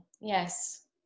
Yes